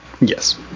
Yes